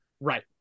Right